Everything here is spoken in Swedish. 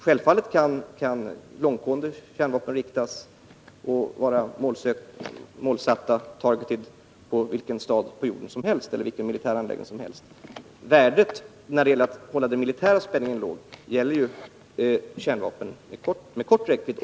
Självfallet kan långtgående kärnvapen vara målinriktade mot vilken stad eller militär anläggning som helst på jorden. Det är framför allt för kärnvapen med kort räckvidd som olika regionala arrangemang har värde för att hålla den militära spänningen på en låg nivå.